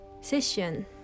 session